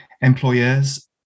Employers